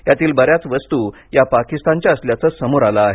यातील बर्यााच वस्तू या पाकिस्तानच्या असल्याचं समोर आलं आहे